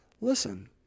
listen